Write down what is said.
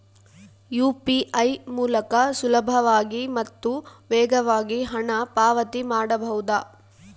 UPI ಮೂಲಕ ಸುಲಭವಾಗಿ ಮತ್ತು ವೇಗವಾಗಿ ಹಣ ಪಾವತಿ ಮಾಡಬಹುದಾ?